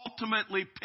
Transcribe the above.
ultimately